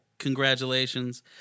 Congratulations